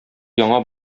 яңа